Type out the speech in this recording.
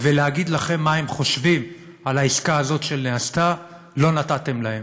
ולהגיד לכם מה הם חושבים על העסקה הזאת שנעשתה לא נתתם להם.